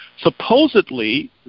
supposedly